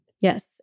Yes